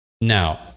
Now